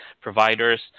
providers